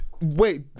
Wait